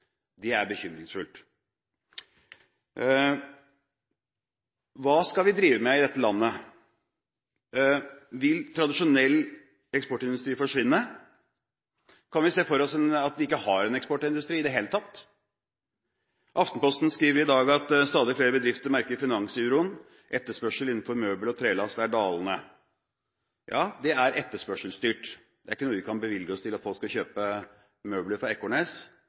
Det er bekymringsfullt. Hva skal vi drive med i dette landet? Vil tradisjonell eksportindustri forsvinne? Kan vi se for oss at vi ikke har en eksportindustri i det hele tatt? Aftenposten skriver i dag at stadig flere bedrifter merker finansuroen, at etterspørselen innenfor møbler og trelast er dalende. Ja, det er etterspørselsstyrt. Det er ikke noe vi kan bevilge oss til at folk skal kjøpe møbler fra Ekornes!